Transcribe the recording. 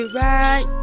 right